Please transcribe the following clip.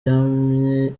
yamye